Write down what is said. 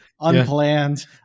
unplanned